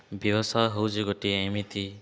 ବ୍ୟବସାୟ ହେଉଛି ଗୋଟିଏ ଏମିତି